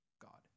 God